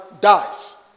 dies